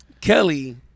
Kelly